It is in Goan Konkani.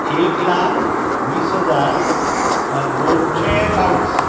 एक लाख वीस हजार दोनशें बावीस